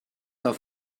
auf